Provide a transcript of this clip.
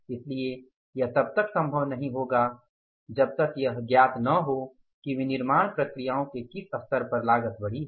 इसलिए यह तब तक संभव नहीं होगा जब तक यह ज्ञात न हो कि विनिर्माण प्रक्रियाओं के किस स्तर पर लागत बढ़ी है